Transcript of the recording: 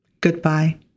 goodbye